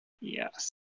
Yes